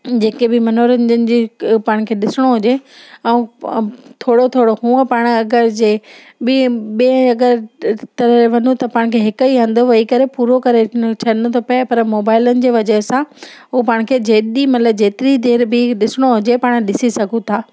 जे के बि मनोरंजन जी हिकु पाण खे ॾिसिणो हुजे ऐं थोरो थोरो हूअं पाणि अगरि जंहिं ॿीं ॿिएं अगरि त तरह वञू त पाण खे हिकु ई हंधु वेई करे उहो करे हुनखे छॾिणो थो पिए पर मोबाइलनि जी वजह सां उहो पाण खे जेॾी महिल जेतिरी देर बि ॾिसिणो हुजे पाणि ॾिसी सघूं था